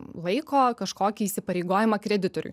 laiko kažkokį įsipareigojimą kreditoriui